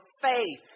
faith